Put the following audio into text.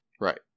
Right